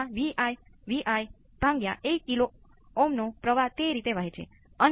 આપણે આ વસ્તુઓ કેવી રીતે કરીએ છીએ